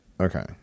Okay